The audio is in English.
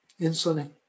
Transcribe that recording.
Insulin